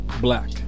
black